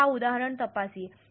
ચાલો આ ઉદાહરણ તપાસીએ